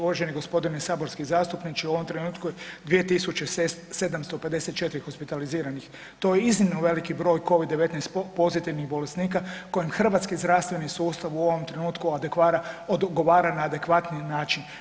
Uvaženi gospodine saborski zastupniče, u ovom trenutku 2.754 hospitaliziranih, to je iznimno veliki broj Covid-19 pozitivnih bolesnika kojem hrvatski zdravstveni sustav u ovom trenutku odgovara na adekvatni način.